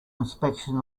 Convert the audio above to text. inspection